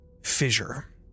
fissure